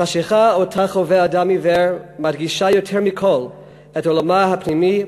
החשכה שחווה אדם עיוור מדגישה יותר מכול את עולמה הפנימי,